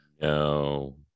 No